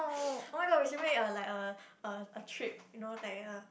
oh-my-god we should make like a a a trip you know like a